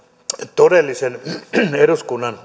todellisen eduskunnan